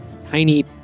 tiny